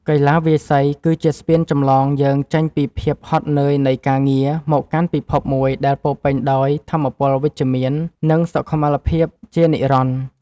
កីឡាវាយសី គឺជាស្ពានចម្លងយើងចេញពីភាពហត់នឿយនៃការងារ មកកាន់ពិភពមួយដែលពោរពេញដោយថាមពលវិជ្ជមាន និងសុខុមាលភាពជានិរន្តរ៍។